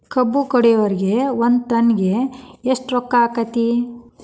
ಕಬ್ಬು ಕಡಿಯುವರಿಗೆ ಒಂದ್ ಟನ್ ಗೆ ಎಷ್ಟ್ ರೊಕ್ಕ ಆಕ್ಕೆತಿ?